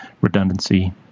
redundancy